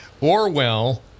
Orwell